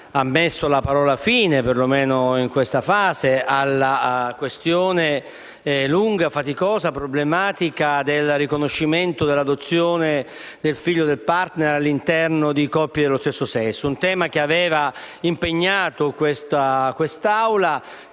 ha messo la parola fine, perlomeno in questa fase, alla questione lunga, faticosa e problematica del riconoscimento dell'adozione del figlio del *partner* all'interno di coppie dello stesso sesso. È un tema che aveva impegnato questa